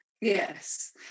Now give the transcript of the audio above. Yes